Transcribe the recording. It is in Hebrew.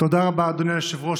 תודה רבה, אדוני היושב-ראש.